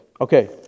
Okay